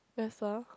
that's all